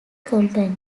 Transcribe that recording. company